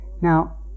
Now